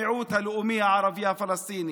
המיעוט הלאומי הערבי הפלסטיני,